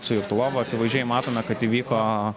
sujaukta lova akivaizdžiai matome kad įvyko